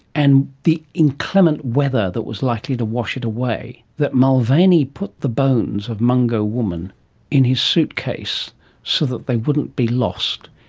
and the inclement weather that was likely to wash it away, that mulvaney put the bones of mungo woman in his suitcase so that they wouldn't be lost.